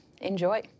enjoy